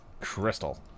Crystal